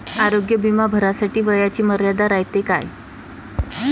आरोग्य बिमा भरासाठी वयाची मर्यादा रायते काय?